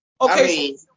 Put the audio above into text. Okay